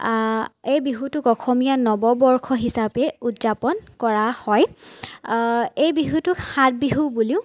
এই বিহুটোক অসমীয়া নৱবৰ্ষ হিচাপে উদযাপন কৰা হয় এই বিহুটোক সাতবিহু বুলিও